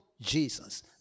Jesus